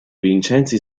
vincenzi